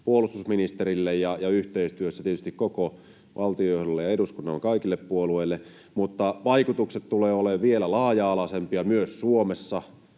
puolustusministerille ja yhteistyössä tietysti koko valtionjohdolle ja eduskunnan kaikille puolueille — mutta vaikutukset tulevat olemaan vielä laaja-alaisempia myös Suomessa.